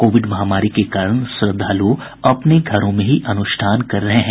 Covid महामारी के कारण श्रद्धालु अपने घरों में ही अनुष्ठान कर रहे हैं